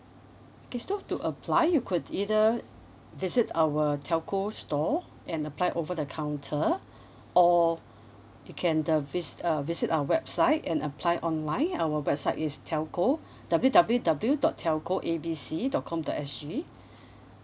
okay so to apply you could either visit our telco store and apply over the counter or you can uh vis~ uh visit our website and apply online our website is telco W W W dot telco A B C dot com dot S G